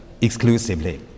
exclusively